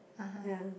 (uh huh)